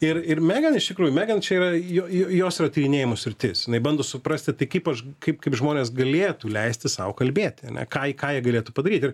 ir ir megan iš tikrųjų megan čia yra jo jo jos yra tyrinėjimų sritis jinai bando suprasti tai kaip aš kaip kaip žmonės galėtų leisti sau kalbėti ane ką ką jie galėtų padaryt ir